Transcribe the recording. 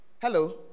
hello